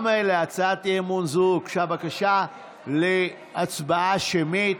גם להצעת אי-אמון זו הוגשה בקשה להצבעה שמית.